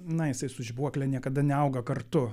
na jisai su žibuokle niekada neauga kartu